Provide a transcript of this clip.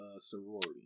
sorority